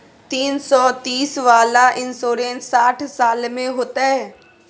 तीन सौ तीस वाला इन्सुरेंस साठ साल में होतै?